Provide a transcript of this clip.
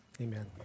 Amen